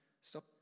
Stop